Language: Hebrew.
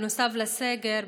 נוסף לסגר,